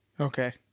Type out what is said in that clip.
Okay